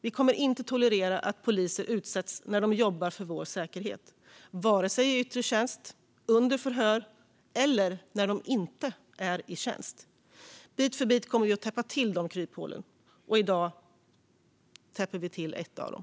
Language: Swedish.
Vi kommer inte att tolerera att poliser utsätts när de jobbar för vår säkerhet, vare sig i yttre tjänst, under förhör eller när de inte är i tjänst. Bit för bit kommer vi att täppa till dessa kryphål. I dag täpper vi till ett av dem.